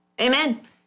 Amen